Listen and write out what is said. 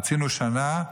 רצינו שנה,